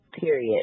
period